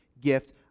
gift